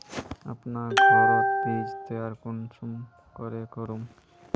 अपना घोरोत बीज तैयार कुंसम करे करूम?